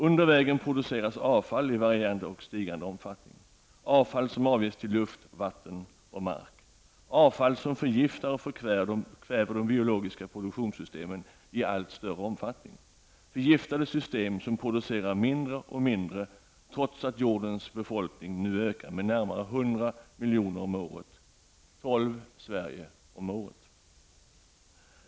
Under vägen produceras avfall i varierande och stigande omfattning, avfall som avges till luft, vatten och mark, avfall som förgiftar och förkväver de biologiska produktionssystemen i allt större omfattning, förgiftade system som producerar mindre och mindre, trots att jordens befolkning nu ökar med närmare 100 milj. om året, tolv Sverige om året.